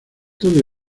todo